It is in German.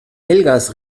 helgas